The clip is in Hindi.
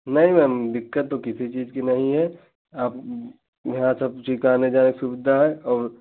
नहीं मैम दिक्कत तो किसी चीज़ की नहीं है आप यहाँ सब चीज़ की आने जाने की सुविधा है और